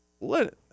Let